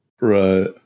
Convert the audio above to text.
right